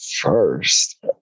first